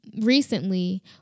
recently